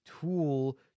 tool